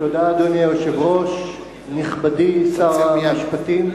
אדוני היושב-ראש, תודה, נכבדי שר המשפטים,